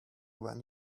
when